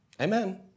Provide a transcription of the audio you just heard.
Amen